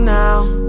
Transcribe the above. now